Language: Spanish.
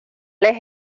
les